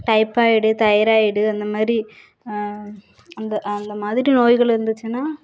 typhoid thyroid அந்த மாதிரி அந்த அந்த மாதிரி நோய்கள் இருந்திச்சுன்னா